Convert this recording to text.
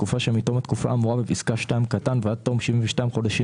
בתקופה שמתום התקופה האמורה בפסקה (2) ועד תום 72 חודשים